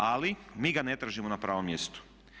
Ali mi ga ne tražimo na pravom mjestu.